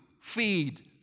feed